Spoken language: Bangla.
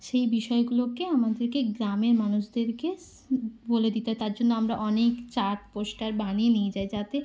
সেই বিষয়গুলোকে আমাদেরকে গ্রামের মানুষদেরকে স্ বলে দিতে হয় তার জন্য আমরা অনেক চার্ট পোস্টার বানিয়ে নিয়ে যাই যাতে